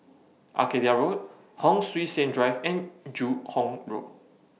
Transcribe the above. Arcadia Road Hon Sui Sen Drive and Joo Hong Road